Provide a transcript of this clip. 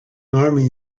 army